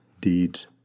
deeds